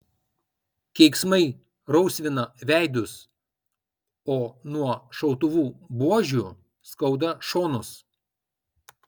keiksmai rausvina veidus o nuo šautuvų buožių skauda šonus